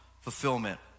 fulfillment